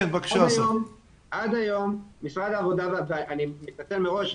אני מתנצל מראש,